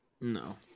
No